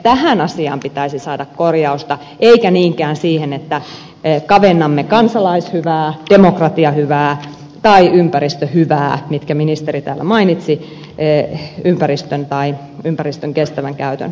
tähän asiaan pitäisi saada korjausta eikä niinkään siihen että kavennamme kansalaishyvää demokratiahyvää tai ympäristöhyvää mitkä ministeri täällä mainitsi ympäristön tai ympäristön kestävän käytön kustannuksella